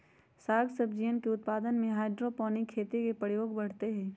साग सब्जियन के उत्पादन में हाइड्रोपोनिक खेती के प्रयोग बढ़ते हई